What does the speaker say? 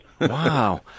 Wow